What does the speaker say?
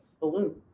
balloon